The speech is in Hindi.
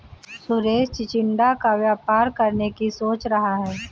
सुरेश चिचिण्डा का व्यापार करने की सोच रहा है